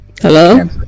Hello